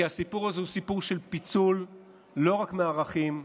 כי הסיפור הזה הוא סיפור של פיצול לא רק מֵעֲרָכים,